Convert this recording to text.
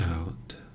out